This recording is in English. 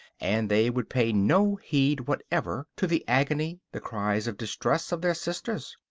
and they would pay no heed whatever to the agony, the cries of distress, of their sisters.